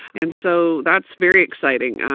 and so that's very exciting.